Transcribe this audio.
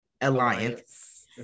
alliance